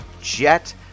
Jet